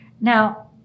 Now